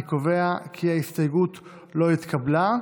אני קובע כי ההסתייגות לא התקבלה.